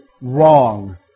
wrong